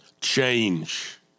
Change